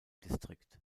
district